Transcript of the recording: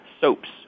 soaps